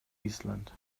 island